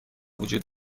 وجود